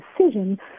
decision